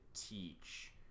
teach